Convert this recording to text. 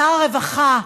שר הרווחה,